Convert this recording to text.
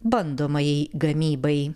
bandomajai gamybai